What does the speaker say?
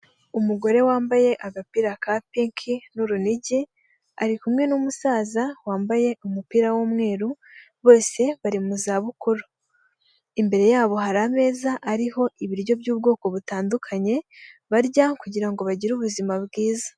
Umugore wambaye agapira ka pinki n'urunigi, ari kumwe n'umusaza wambaye umupira w'umweru, bose bari mu za bukuru, imbere yabo hari ameza ariho ibiryo by'ubwoko butandukanye barya kugirango bagire ubuzima bwiza.